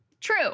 True